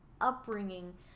upbringing